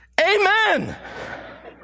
amen